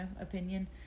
opinion